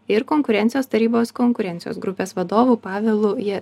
ir konkurencijos tarybos konkurencijos grupės vadovu pavelu jie